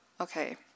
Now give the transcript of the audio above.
okay